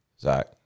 Zach